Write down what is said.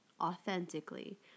authentically